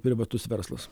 privatus verslas